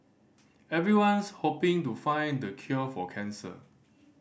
everyone's hoping to find the cure for cancer